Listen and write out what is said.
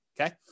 okay